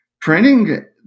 printing